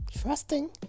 trusting